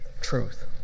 truth